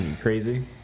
crazy